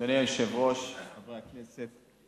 אדוני היושב-ראש, חברי הכנסת,